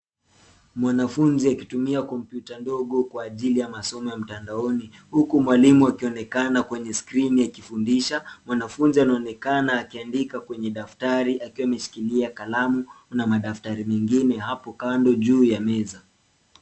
Mwanafunzi akitumia kompyuta ndogo kwa ajili ya masomo ya mtandanoni, huku mwalimu akionekana kwenye skrini akifundisha. Mwanafunzi anaonekana akiandika kwenye daftari akiwa ameshikilia kalamu na madaftari mengine hapo kando juu ya meza.